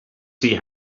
see